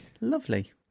lovely